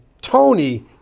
Tony